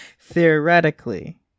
theoretically